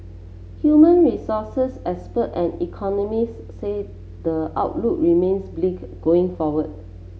human resources expert and economists say the outlook remains bleak going forward